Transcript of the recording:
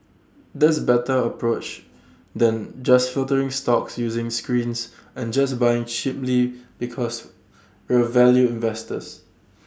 that's better approach than just filtering stocks using screens and just buying cheaply because we're value investors